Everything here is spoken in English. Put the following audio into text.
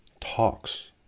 talks